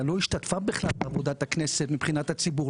לא השתתפה בעבודת הכנסת מבחינת הציבור.